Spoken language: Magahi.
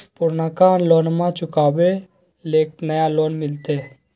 पुर्नका लोनमा चुकाबे ले नया लोन मिलते?